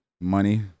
money